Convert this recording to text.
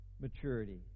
maturity